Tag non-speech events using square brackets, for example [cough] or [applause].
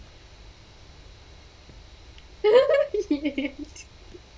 [laughs]